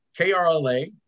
KRLA